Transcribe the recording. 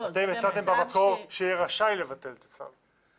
אתם הצעתם במקור שיהיה רשאי לבטל את הצו.